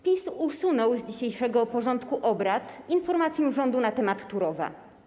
PiS usunął z dzisiejszego porządku obrad informację rządu na temat Turowa.